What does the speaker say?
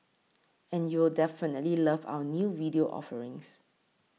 and you'll definitely love our new video offerings